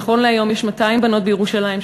שנכון להיום יש 200 בנות מירושלים,